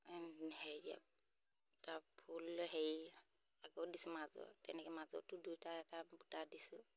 হেৰি দিয়া তাৰ ফুল হেৰি আকৌ দিছোঁ মাজৰ তেনেকৈ মাজতো দুটা এটা বুটা দিছোঁ